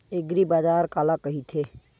एग्रीबाजार काला कइथे?